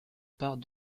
part